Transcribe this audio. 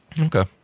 Okay